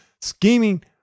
scheming